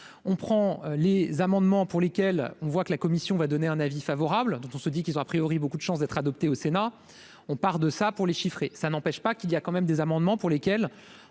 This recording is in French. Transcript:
on prend les amendements pour lesquels on voit que la Commission va donner un avis favorable, donc on se dit qu'ils ont, a priori, beaucoup de chance d'être adoptée au Sénat, on part de ça pour les chiffrer ça n'empêche pas qu'il y a quand même des amendements pour lesquels